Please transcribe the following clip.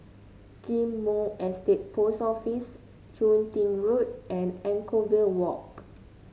Ghim Moh Estate Post Office Chun Tin Road and Anchorvale Walk